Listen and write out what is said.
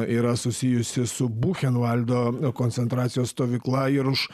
yra susijusi su buchenvaldo koncentracijos stovykla ir už